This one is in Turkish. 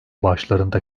başlarında